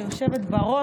היושבת בראש,